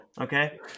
okay